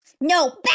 No